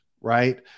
right